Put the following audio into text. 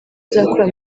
tuzakora